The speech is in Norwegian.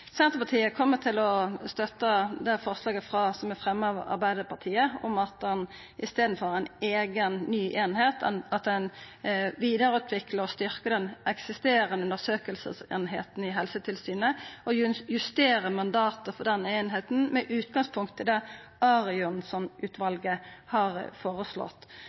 Senterpartiet kjem til å støtta forslaget som er fremja av Arbeidarpartiet om at ein i staden for ei eiga, ny eining vidareutviklar og styrkjer den eksisterande undersøkingseininga i Helsetilsynet og justerer mandatet for eininga med utgangspunkt i det Arianson-utvalet har